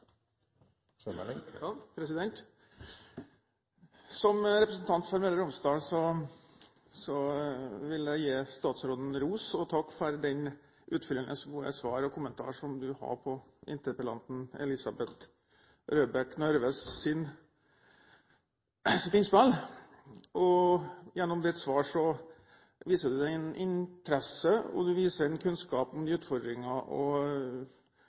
Som representant for Møre og Romsdal vil jeg gi statsråden ros og en takk for de utfyllende og gode svar, og for de kommentarene som hun hadde på interpellanten Elisabeth Røbekk Nørves innspill. Gjennom statsrådens svar viser hun en interesse for og en kunnskap om de utfordringene og